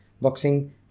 Boxing